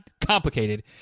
complicated